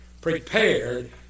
prepared